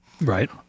Right